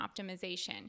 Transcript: optimization